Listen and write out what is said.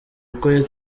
uko